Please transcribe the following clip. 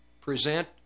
present